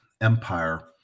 Empire